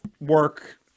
work